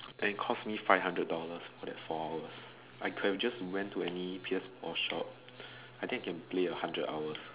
and cost me five hundred dollars for that four hours I could have just went to any P_S-four shop I think I can play a hundred hours